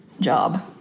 job